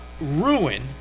ruin